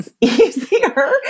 easier